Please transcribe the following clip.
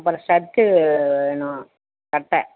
அப்புறம் ஷர்ட்டு வேணும் சட்டை